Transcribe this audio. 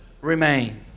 remain